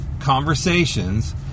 conversations